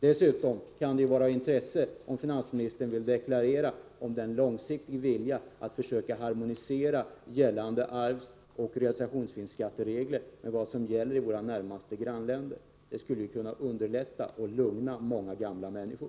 Dessutom kan det ju vara av intresse att veta om finansministern vill deklarera en långsiktig vilja att försöka harmonisera gällande arvsoch realisationsvinstskatteregler med vad som gäller i våra närmaste grannländer. Detta skulle kunna underlätta för och lugna många gamla människor.